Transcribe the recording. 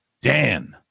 Dan